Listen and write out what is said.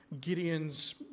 Gideon's